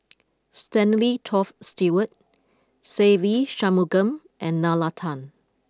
Stanley Toft Stewart Se Ve Shanmugam and Nalla Tan